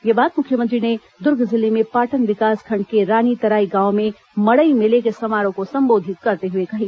यह बात मुख्यमंत्री ने दुर्ग जिले में पाटन विकासखण्ड के रानीतराई गांव में मड़ई मेले के समारोह को संबोधित करते हुए कही